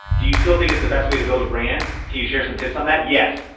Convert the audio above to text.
do you still think it's the best way to build a brand? can you share some tips on that? yes.